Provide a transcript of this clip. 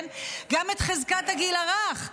גם את חזקת הגיל הרך,